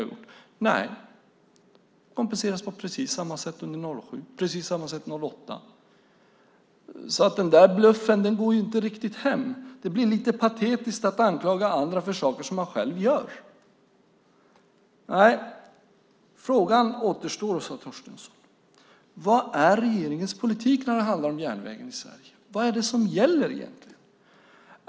Nej, de kompenseras på precis samma sätt under 2007 och 2008. Den bluffen går alltså inte riktigt hem. Det blir lite patetiskt att anklaga andra för saker som man själv gör. Frågorna kvarstår, Åsa Torstensson: Vad är regeringens politik när det gäller järnvägen i Sverige? Vad är det som gäller egentligen?